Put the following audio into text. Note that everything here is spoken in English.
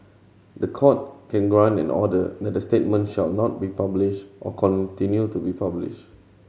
the Court can grant in an order that the statement shall not be published or continue to be published